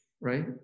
Right